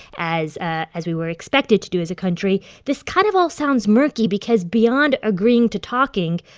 as ah as we were expected to do as a country, this kind of all sounds murky because beyond agreeing to talking,